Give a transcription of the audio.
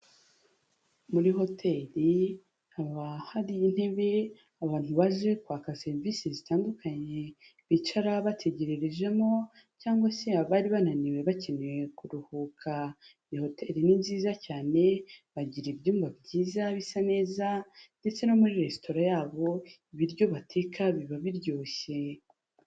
Muri hoteri haba hari intebe abantu baje kwaka serivisi zitandukanye bicara bategererejemo cyangwa se abari bananiwe bakeneye kuruhuka, iyi hoteri ni nziza cyane bagira ibyumba byiza bisa neza ndetse no muri resitora yabo ibiryo bateka biba biryoshye.